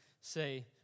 say